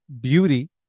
beauty